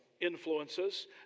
influences